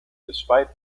despite